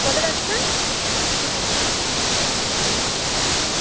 केह्दे बास्तै